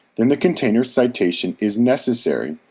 then the container citation is necessary,